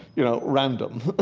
you know, random. ah